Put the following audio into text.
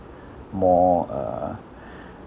more uh